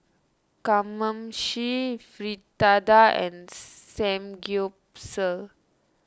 Kamameshi Fritada and Samgyeopsal